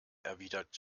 erwidert